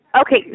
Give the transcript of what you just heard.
Okay